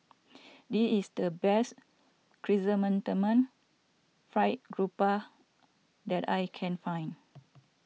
this is the best Chrysanthemum Fried Grouper that I can find